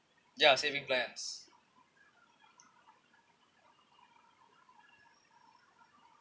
ya saving plans